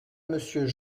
monsieur